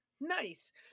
nice